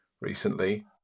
recently